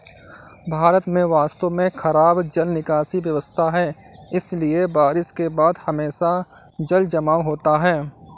भारत में वास्तव में खराब जल निकासी व्यवस्था है, इसलिए बारिश के बाद हमेशा जलजमाव होता है